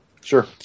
Sure